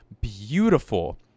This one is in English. beautiful